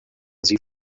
sie